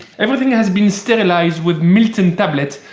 everything has been sterilized with milton tablets.